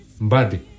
body